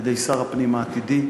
על-ידי שר הפנים העתידי,